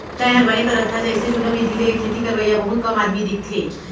तैंहर बने करत हस अइसे जुन्ना बिधि ले खेती करवइया बहुत कम आदमी दिखथें